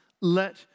Let